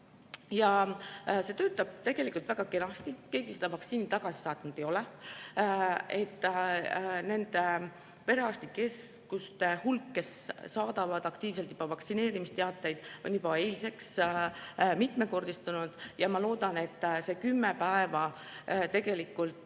See töötab tegelikult väga kenasti, keegi vaktsiini tagasi saatnud ei ole. Nende perearstikeskuste hulk, kes saadavad aktiivselt vaktsineerimisteateid, oli juba eilseks mitmekordistunud. Ma loodan, et need kümme päeva on tegelikult